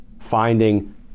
finding